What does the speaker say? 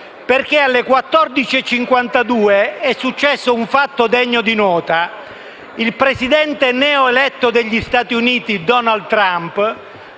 perché alle 14,52 di oggi è avvenuto un fatto degno di nota: il Presidente neoeletto degli Stati Uniti, Donald Trump,